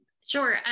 Sure